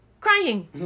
crying